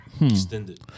Extended